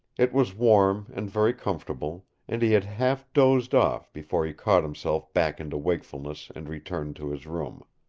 it was warm, and very comfortable, and he had half-dozed off before he caught himself back into wakefulness and returned to his room.